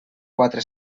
quatre